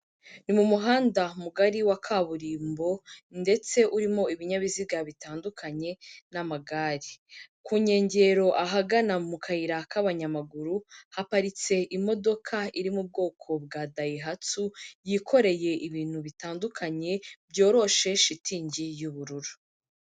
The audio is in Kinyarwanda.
Ni mu muhanda mugari wa kaburimbo ndetse urimo ibinyabiziga bitandukanye n'amagare, ku nkengero ahagana mu kayira k'abanyamaguru, haparitse imodoka iri mu bwoko bwa dayihatsu, yikoreye ibintu bitandukanye byoroshe shitingi y'ubururu.